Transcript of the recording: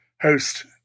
host